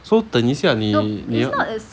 so 等一下你你